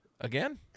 again